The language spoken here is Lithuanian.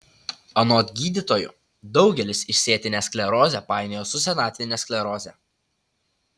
anot gydytojų daugelis išsėtinę sklerozę painioja su senatvine skleroze